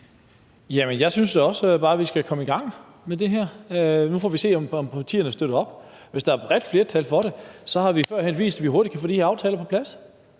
jeg synes også bare, at vi skal komme i gang med det her. Nu må vi se, om partierne støtter op – hvis der er bredt flertal for det, har vi før vist, at vi hurtigt kan få de her aftaler på plads.